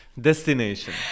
destination